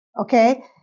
okay